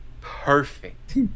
perfect